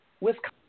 Wisconsin